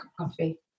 Coffee